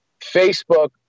Facebook